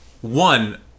One